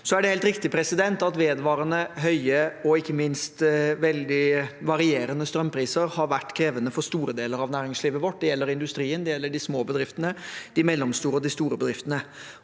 Det er helt riktig at vedvarende høye og ikke minst veldig varierende strømpriser har vært krevende for store deler av næringslivet vårt. Det gjelder industrien, det gjelder de små bedriftene og de mellomstore og de store bedriftene.